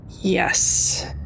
yes